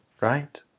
right